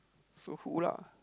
so who lah